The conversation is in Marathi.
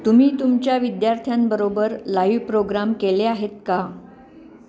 तुम्ही तुमच्या विद्यार्थ्यांबरोबर लाईव्ह प्रोग्राम केले आहेत का